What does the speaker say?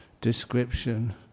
description